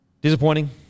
Disappointing